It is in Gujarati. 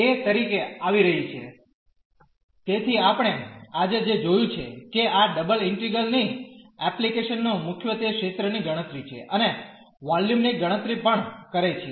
એ તરીકે આવી રહી છે તેથી આપણે આજે જે જોયું છે કે આ ડબલ ઇન્ટિગ્રલ્સ ની એપ્લિકેશ નો મુખ્યત્વે ક્ષેત્રની ગણતરી છે અને વોલ્યુમ ની ગણતરી પણ કરે છે